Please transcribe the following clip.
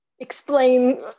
Explain